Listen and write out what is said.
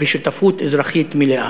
בשותפות אזרחית מלאה.